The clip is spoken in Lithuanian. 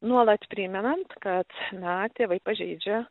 nuolat primenant kad na tėvai pažeidžia